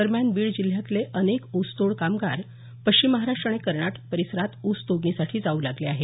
दरम्यान बीड जिल्ह्यातले अनेक उसतोड कामगार पश्चिम महाराष्ट्र आणि कर्नाटक परिसरात ऊसतोडणीसाठी जाऊ लागले आहेत